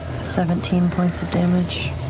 seventeen points of damage.